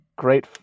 great